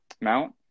mount